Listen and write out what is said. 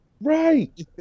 Right